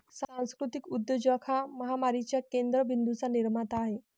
सांस्कृतिक उद्योजक हा महामारीच्या केंद्र बिंदूंचा निर्माता आहे